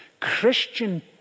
Christian